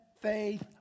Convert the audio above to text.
faith